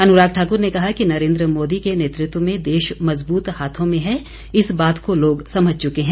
अनुराग ठाकुर ने कहा कि नरेन्द्र मोदी के नेतृत्व में देश मज़बूत हाथों में है इस बात को लोग समझ चुके हैं